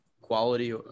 quality